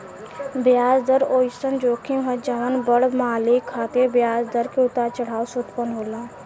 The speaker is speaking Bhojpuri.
ब्याज दर ओइसन जोखिम ह जवन बड़ मालिक खातिर ब्याज दर के उतार चढ़ाव से उत्पन्न होला